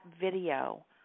video